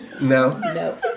No